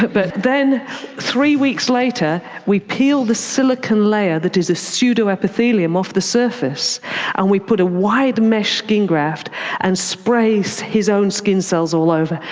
but but then three weeks later we peeled the silicone layer, that is a pseudo-epithelium, off the surface and we put a wide mesh skin graft and spray so his own skin cells all over,